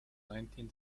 nineteen